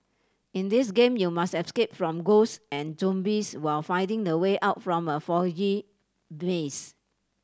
in this game you must escape from ghosts and zombies while finding the way out from a foggy maze